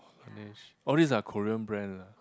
Laneige all these are Korean brand lah